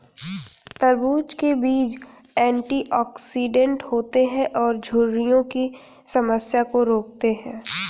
तरबूज़ के बीज एंटीऑक्सीडेंट होते है जो झुर्रियों की समस्या को रोकते है